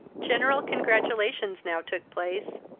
general congratulations now took place,